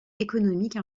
économique